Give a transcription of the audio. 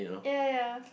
ya ya